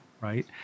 right